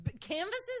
canvases